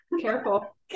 Careful